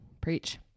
Preach